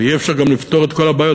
ואי-אפשר גם לפתור את כל הבעיות.